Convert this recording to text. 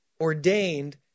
ordained